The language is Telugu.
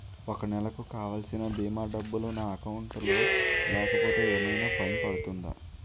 ఒక నెలకు కావాల్సిన భీమా డబ్బులు నా అకౌంట్ లో లేకపోతే ఏమైనా ఫైన్ పడుతుందా?